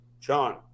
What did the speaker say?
John